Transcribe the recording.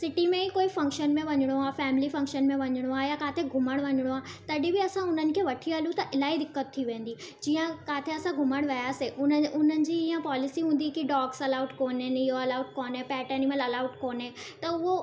city में ई कोई फंक्शन में वञिणो आहे फैमिली फंक्शन में वञिणो आहे या किथे घुमणु वञिणो आहे तॾहिं बि असां उन्हनि खे वठी हलूं त इलाही दिक़त थी वेंदी जीअं किथे असां घुमणु वियासे उन उन्हनि जी इअं पॉलिसी हूंदी की डॉग्स अलाऊड कोन्हनि इहो अलाऊड कोन्हे पैट एनीमल अलाऊड कोन्हे त उहो